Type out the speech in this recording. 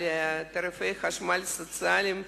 הוא על תעריפי חשמל סוציאליים,